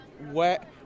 Wet